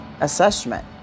assessment